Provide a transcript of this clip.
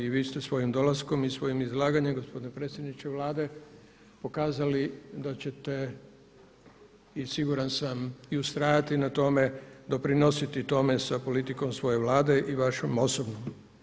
I vi ste svojim dolaskom i svojim izlaganjem gospodine predsjedniče Vlade pokazali da ćete i siguran sam i ustrajati na tome, doprinositi tome sa politikom svoje Vlade i vašom osobnom.